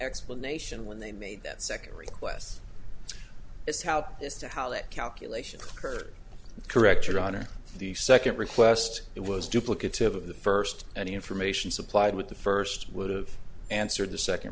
explanation when they made that second requests it's how this to how that calculation heard it correct your honor the second request it was duplicative of the first any information supplied with the first would've answered the second